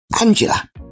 Angela